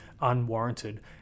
unwarranted